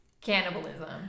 Cannibalism